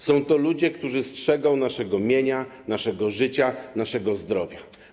Są to ludzie, którzy strzegą naszego mienia, naszego życia, naszego zdrowia.